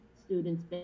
students